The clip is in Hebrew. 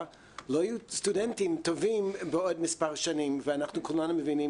לא יהיו סטודנטים טובים בעוד מספר שנים ואנחנו כולנו מבינים